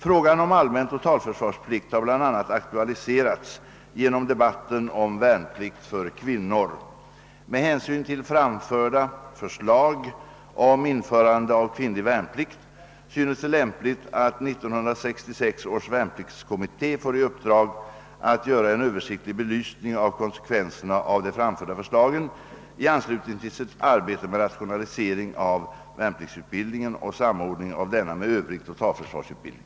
Frågan om allmän totalförsvarsplikt har bl.a. aktualiserats genom debatten om värnplikt för kvinnor. Med hänsyn till framförda förslag om införande av kvinnlig värnplikt synes det lämpligt att 1966 års värnpliktskommitté får i uppdrag att göra en översiktlig belysning av konsekvenserna av de framförda förslagen i anslutning till sitt arbete med rationalisering av värnpliktsutbildningen och samordning av denna med övrig totalförsvarsutbildning.